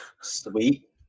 Sweet